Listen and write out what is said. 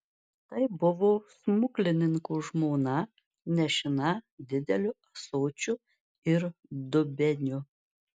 tai buvo smuklininko žmona nešina dideliu ąsočiu ir dubeniu